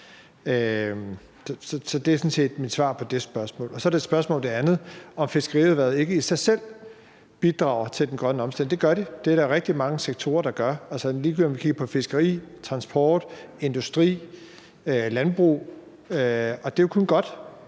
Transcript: Så det er sådan set mit svar på det spørgsmål. Så er der det andet spørgsmål om, om fiskerierhvervet ikke af sig selv bidrager til den grønne omstilling. Det gør det. Det er der rigtig mange sektorer der gør, ligegyldigt om vi kigger på fiskeri, transport, industri eller landbrug. Det er kun godt.